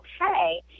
okay